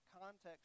context